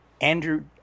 Andrew